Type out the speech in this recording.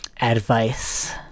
advice